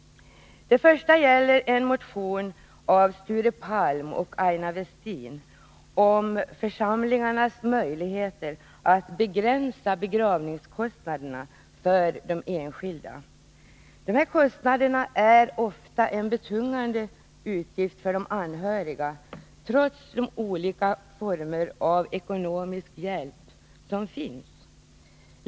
Det första gäller en motion av Sture Palm och Aina Westin om församlingarnas möjligheter att begränsa begravningskostnaderna för enskilda. Dessa kostnader är ofta en betungande utgift för de anhöriga trots de olika former av ekonomisk hjälp som finns.